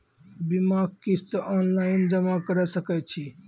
बीमाक किस्त ऑनलाइन जमा कॅ सकै छी?